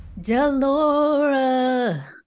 Delora